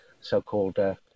so-called